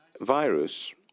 virus